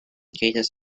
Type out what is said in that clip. cases